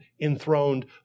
enthroned